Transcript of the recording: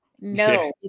No